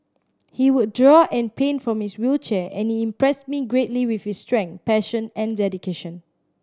he would draw and paint from his wheelchair and he impressed me greatly with his strength passion and dedication